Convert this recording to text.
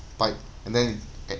pipe and then at